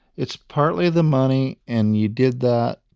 it's partly the money. and you did that,